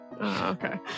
Okay